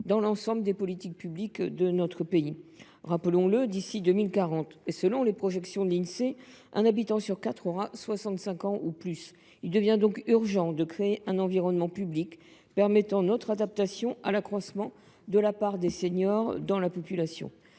dans l’ensemble des politiques publiques de notre pays. D’ici à 2040, selon les projections de l’Insee, un habitant sur quatre aura 65 ans ou plus. Il devient donc urgent de créer un environnement public pertinent pour nous adapter à l’accroissement de la part des seniors dans la population.